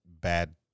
bad